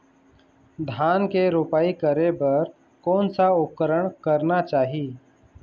धान के रोपाई करे बर कोन सा उपकरण करना चाही?